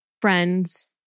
friends